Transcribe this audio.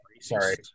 sorry